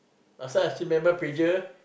last time I still remember pager